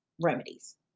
remedies